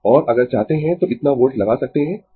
और अगर चाहते है तो इतना वोल्ट लगा सकते है ठीक है